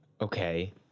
okay